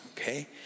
okay